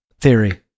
theory